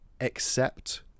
accept